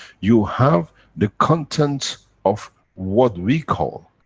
you have the contents of what we call,